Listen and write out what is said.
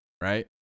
right